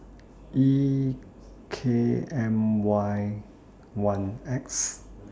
E K M Y one X